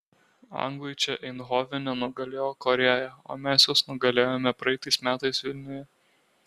anglai čia eindhovene nugalėjo korėją o mes juos nugalėjome praeitais metais vilniuje